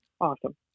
Awesome